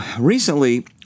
recently